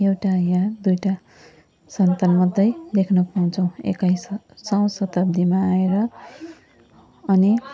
एउटा वा दुइवटा सन्तान मात्रै देख्न पाउँछौँ एक्काइसौँ शताब्दीमा आएर अनि